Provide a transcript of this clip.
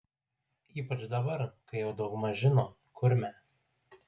ypač dabar kai jau daugmaž žino kur mes